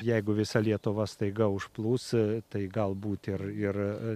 jeigu visa lietuva staiga užplūsta tai galbūt ir ir